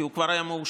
כי הוא כבר היה מורשע.